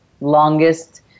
Longest